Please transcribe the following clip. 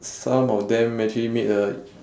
some of them actually made a